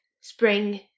spring